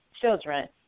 children